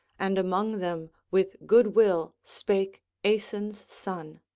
and among them with goodwill spake aeson's son